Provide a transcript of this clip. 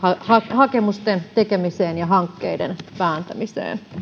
hakemusten tekemiseen ja hankkeiden vääntämiseen